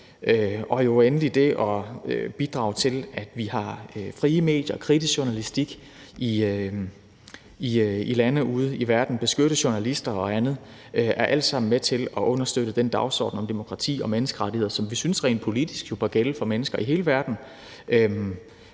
og jo endelig det at bidrage til, at der er frie medier og kritisk journalistik i lande ude i verden, altså at beskytte journalister og andet, er alt sammen med til at understøtte den dagsorden om demokrati og menneskerettigheder, som vi jo synes rent politisk bør gælde for mennesker i hele verden,